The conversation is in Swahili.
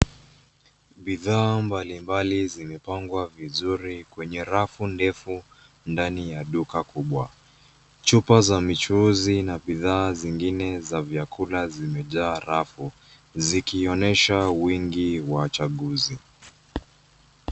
Bidhaa mbalimbali zimepangwa vizuri kwenye rafu ndefu ndani ya duka kubwa. Chupa za michuuzi na bidhaa zingine za vyakula zimejaa rafu zikionyesha wingi wa chaguzi.